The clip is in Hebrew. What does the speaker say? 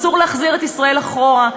אסור להחזיר את ישראל אחורה,